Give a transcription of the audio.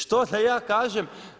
Što da ja kažem?